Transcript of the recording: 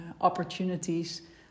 opportunities